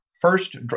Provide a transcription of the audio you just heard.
first